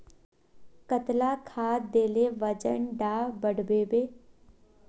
कतला खाद देले वजन डा बढ़बे बे?